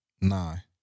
Nine